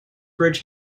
bridge